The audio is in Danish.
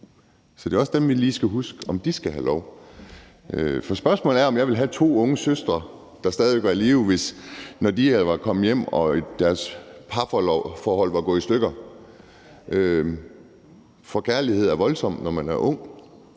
i forhold til dem, vi lige skal huske, om de skal have lov. For spørgsmålet er, om jeg stadig ville have to unge søstre, der var i live, når de var kommet hjem og deres parforhold var gået i stykker. For kærlighed er voldsomt, når man er ung,